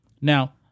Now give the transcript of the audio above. Now